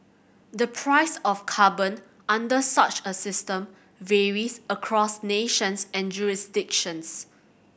the price of carbon under such a system varies across nations and jurisdictions